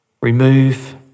Remove